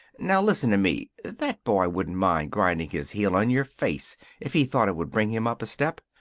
now, listen to me. that boy wouldn't mind grinding his heel on your face if he thought it would bring him up a step.